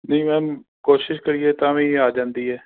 ਨਹੀਂ ਮੈਮ ਕੋਸ਼ਿਸ਼ ਕਰੀਏ ਤਾਂ ਵੀ ਆ ਜਾਂਦੀ ਹੈ